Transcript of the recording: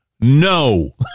No